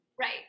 right